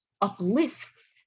uplifts